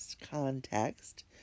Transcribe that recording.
context